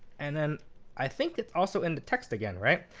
and then i think it's also in the text again, right?